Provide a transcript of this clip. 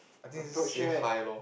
approach her